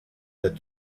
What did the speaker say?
that